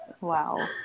Wow